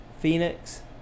Phoenix